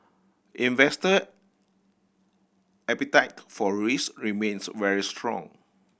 investor appetite for risk remains very strong